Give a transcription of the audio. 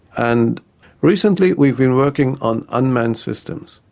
and recently we've been working on unmanned systems,